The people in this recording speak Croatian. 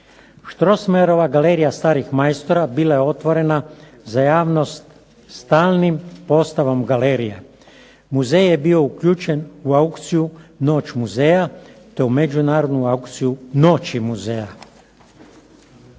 Strossmayerova galerija starih majstora bila je otvorena za javnost stalnim postavom galerije. Muzej je bio uključen u akciju "Noć muzeja" te u međunarodnu aukciju "Noći muzeja".